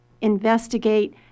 investigate